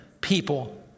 people